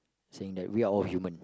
saying that we are all human